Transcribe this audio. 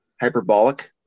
hyperbolic